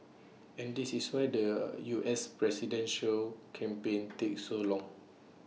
and this is why the U S presidential campaign takes so long